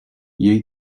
jej